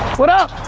what up?